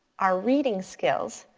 our reading skills,